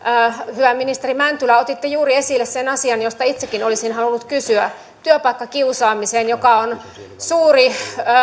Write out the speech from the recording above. hyvä ministeri mäntylä otitte juuri esille sen asian josta itsekin olisin halunnut kysyä työpaikkakiusaamisen joka on suuri